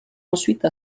ensuite